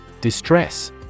Distress